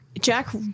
Jack